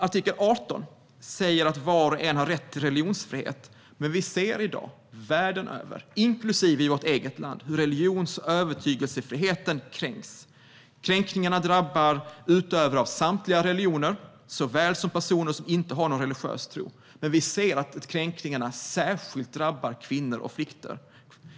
Artikel 18 säger att var och en har rätt till religionsfrihet, men vi ser i dag världen över, inklusive i vårt eget land, hur religions och övertygelsefriheten kränks. Kränkningarna drabbar utövare av samtliga religioner, såväl som personer som inte har någon religiös tro. Men vi ser att de särskilt drabbar kvinnor och flickor.